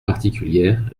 particulière